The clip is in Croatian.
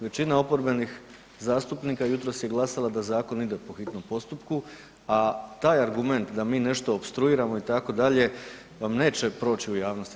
Većina oporbenih zastupnika jutros je glasala da zakon ide po hitnom postupku, a taj argument da mi nešto opstruiramo, itd., vam neće proći u javnosti.